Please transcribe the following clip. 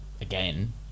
again